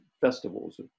festivals